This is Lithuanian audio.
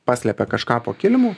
paslepia kažką po kilimu